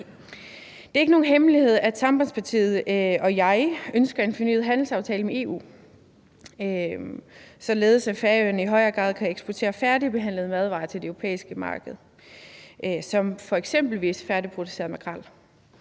Det er ikke nogen hemmelighed, at Sambandspartiet og jeg ønsker en fornyet handelsaftale med EU, således at Færøerne i højere grad kan eksportere færdigbehandlede madvarer som f.eks. færdigproduceret makrel